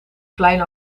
klein